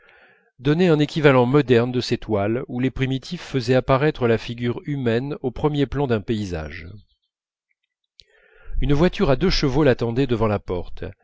donner un équivalent moderne de ces toiles où les primitifs faisaient apparaître la figure humaine au premier plan d'un paysage une voiture à deux chevaux l'attendait devant la porte